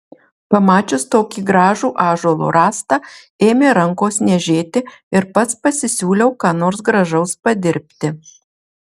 pamačius tokį gražų ąžuolo rąstą ėmė rankos niežėti ir pats pasisiūliau ką nors gražaus padirbti